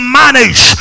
manage